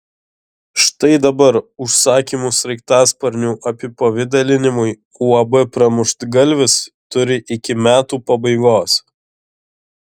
štai dabar užsakymų sraigtasparnių apipavidalinimui uab pramuštgalvis turi iki metų pabaigos